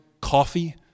coffee